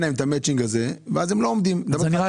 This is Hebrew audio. להן את המצ'ינג הזה ואז הן לא עומדות בכך.